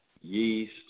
yeast